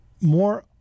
more